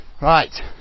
Right